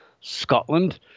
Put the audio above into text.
Scotland